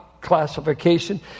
classification